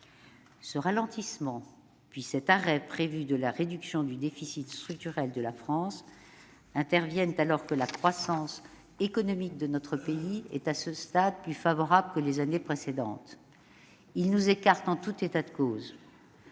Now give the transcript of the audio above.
Ce ralentissement, puis cet arrêt prévu de la réduction du déficit structurel de la France interviennent alors que la croissance économique de notre pays est, à ce stade, plus favorable que les années précédentes. Ils nous écartent, en tout état de cause,